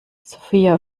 sophia